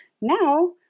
Now